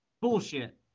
bullshit